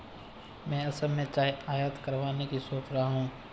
मैं असम से चाय आयात करवाने की सोच रहा हूं